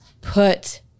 put